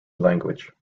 language